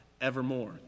evermore